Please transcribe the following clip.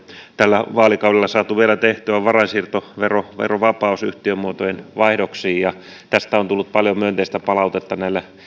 tällä vaalikaudella saatu vielä tehtyä on varainsiirtoverovapaus yhtiömuotojen vaihdoksiin tästä on tullut paljon myönteistä palautetta näiltä